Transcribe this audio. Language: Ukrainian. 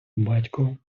батько